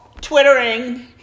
twittering